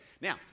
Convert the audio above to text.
Now